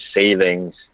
savings